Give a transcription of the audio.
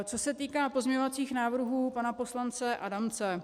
Co se týká pozměňovacích návrhů pana poslance Adamce.